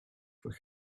for